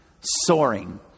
soaring